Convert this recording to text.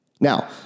Now